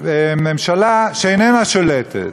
ממשלה שאיננה שולטת.